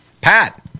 Pat